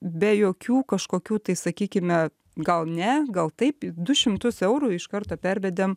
be jokių kažkokių tai sakykime gal ne gal taip du šimtus eurų iš karto pervedėm